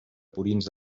purins